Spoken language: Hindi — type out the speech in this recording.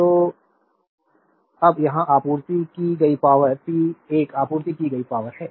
तो अब यहां आपूर्ति की गई पावर पी 1 आपूर्ति की गई पावरहै